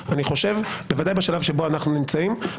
בוודאי בשלב שאנחנו נמצאים בו,